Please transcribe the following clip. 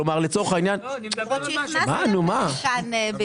כלומר לצורך העניין --- למרות שהכנסתם את זה כאן.